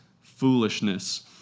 foolishness